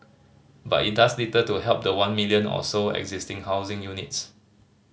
but it does little to help the one million or so existing housing units